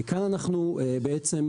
כאן אנחנו בעצם,